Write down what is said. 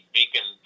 Beacon